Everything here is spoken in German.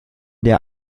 der